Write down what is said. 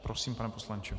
Prosím, pane poslanče.